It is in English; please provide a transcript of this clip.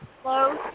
Close